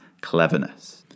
cleverness